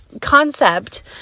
concept